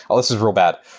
and this is real bad.